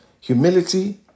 Humility